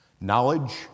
Knowledge